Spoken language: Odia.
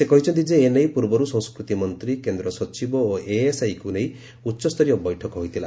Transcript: ସେ କହିଛନ୍ତି ଯେ ଏ ନେଇ ପୂର୍ବରୁ ସଂସ୍କୃତି ମନ୍ତୀ କେନ୍ଦ୍ର ସଚିବ ଓ ଏଏସଆଇକୁ ନେଇ ଉଚ୍ଚସ୍ତରୀୟ ବୈଠକ ହୋଇଥିଲା